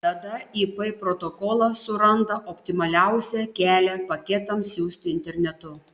tada ip protokolas suranda optimaliausią kelią paketams siųsti internetu